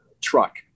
truck